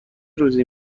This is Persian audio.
روزی